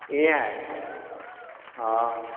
इअं आहे हा